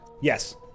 Yes